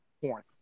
porn